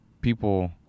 people